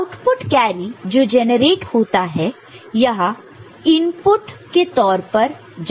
output carry जो generate होता है यहां इनपुट के तौर पर जाता है